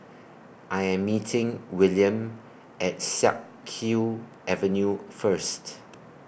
I Am meeting Wiliam At Siak Kew Avenue First